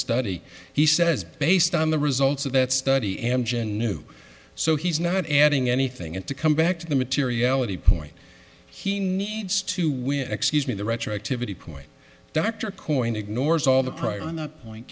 study he says based on the results of that study amgen new so he's not adding anything and to come back to the materiality point he needs to win excuse me the retroactivity point dr coyne ignores all the prior on that point